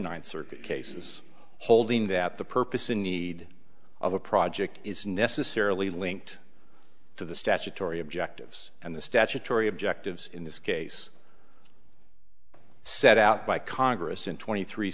ninth circuit cases holding that the purpose in need of a project is necessarily linked to the statutory objectives and the statutory objectives in this case set out by congress in twenty three